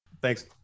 Thanks